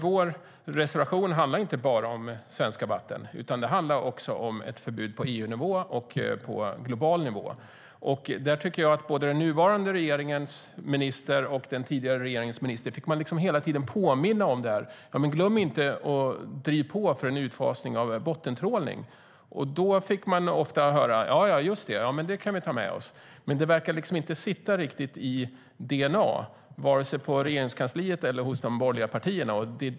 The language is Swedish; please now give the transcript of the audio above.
Vår reservation handlar inte bara om svenska vatten, utan den handlar också om ett förbud på EU-nivå och på global nivå. Jag tycker att man hela tiden har fått påminna både den nuvarande regeringens minister och den tidigare regeringens minister om detta: Glöm inte att driva på för en utfasning av bottentrålning! Då får man ofta höra: Ja, ja, just det - det kan vi ta med oss! Men det verkar liksom inte sitta riktigt i dna vare sig på Regeringskansliet eller hos de borgerliga partierna.